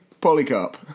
Polycarp